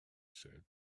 said